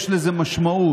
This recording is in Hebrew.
יש לזה משמעות